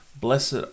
blessed